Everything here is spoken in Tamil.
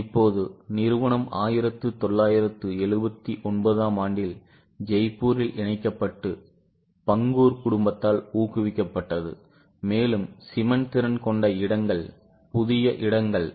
இப்போது நிறுவனம் 1979 ஆம் ஆண்டில் ஜெய்ப்பூரில் இணைக்கப்பட்டு பங்கூர் குடும்பத்தால் ஊக்குவிக்கப்பட்டது மேலும் சிமென்ட் திறன் கொண்ட இடங்கள் புதிய திட்டங்கள்